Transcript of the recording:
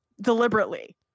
deliberately